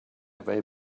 way